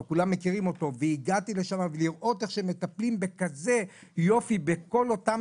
וראיתי איך הם מטפלים בכזה יופי בכל אותם